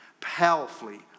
powerfully